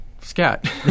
scat